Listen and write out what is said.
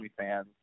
OnlyFans